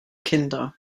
kinder